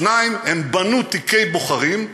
2. הם בנו תיקי בוחרים,